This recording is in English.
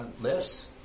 lifts